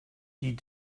die